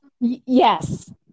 yes